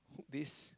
could this